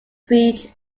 beach